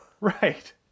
Right